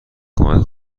کمک